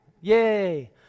Yay